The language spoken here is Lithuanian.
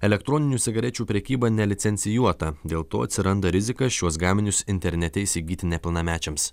elektroninių cigarečių prekyba nelicencijuota dėl to atsiranda rizika šiuos gaminius internete įsigyti nepilnamečiams